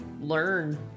learn